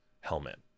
helmet